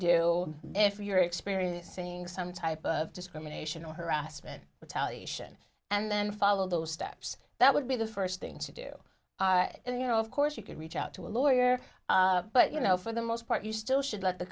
do if you're experiencing some type of discrimination or harassment but tell you and then follow those steps that would be the first thing to do and you know of course you could reach out to a lawyer but you know for the most part you still should let the